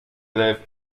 élèves